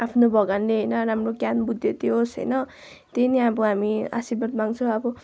आफ्नो भगवान्ले होइन राम्रो ज्ञान बुद्धि दिओस् होइन त्यही नै अब हामी आशीर्वाद माग्छौँ अब